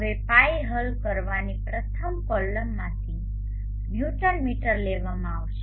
હવે λ હલ કરવાની પ્રથમ કોલમમાંથી ન્યુટન મીટર લેવામાં આવશે